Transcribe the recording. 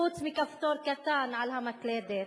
חוץ מכפתור קטן על המקלדת,